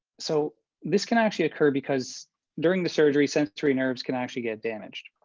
so this can actually occur because during the surgery, sensory nerves can actually get damaged.